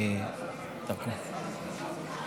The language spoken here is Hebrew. אדוני